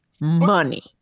money